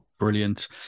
brilliant